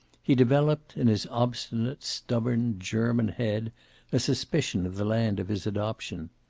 he developed, in his obstinate, stubborn, german head a suspicion of the land of his adoption.